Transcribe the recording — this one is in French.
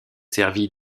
servi